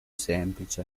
semplice